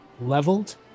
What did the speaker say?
leveled